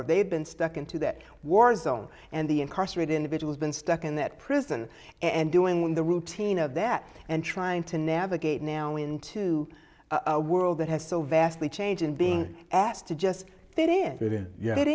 or they've been stuck into that war zone and the incarcerated individuals been stuck in that prison and doing when the routine of that and trying to navigate now into a world that has so vastly change and being asked to just it i